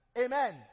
Amen